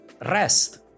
rest